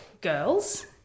girls